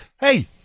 hey